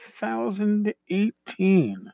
2018